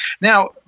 Now